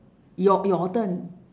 your your turn